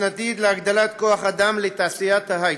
להגדלת כוח אדם בתעשיית ההייטק,